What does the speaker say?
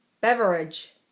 Beverage